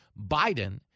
Biden